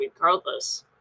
regardless